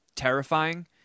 terrifying